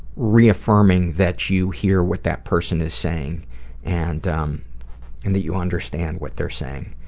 reaffirming that you hear what that person is saying and um and that you understand what they're saying.